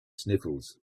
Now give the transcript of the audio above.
sniffles